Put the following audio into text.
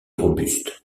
robuste